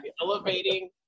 elevating